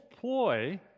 ploy